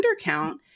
undercount